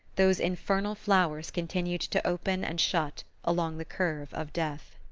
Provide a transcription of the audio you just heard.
those infernal flowers continued to open and shut along the curve of death.